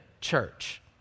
church